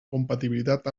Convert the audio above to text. compatibilitat